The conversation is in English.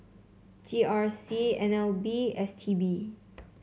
G R C N L B S T B